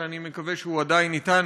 שאני מקווה שהוא עדיין אתנו.